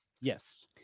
yes